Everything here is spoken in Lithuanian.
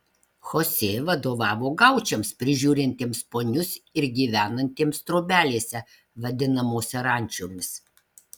chosė vadovavo gaučams prižiūrintiems ponius ir gyvenantiems trobelėse vadinamose rančomis